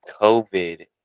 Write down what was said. COVID